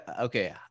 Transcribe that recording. okay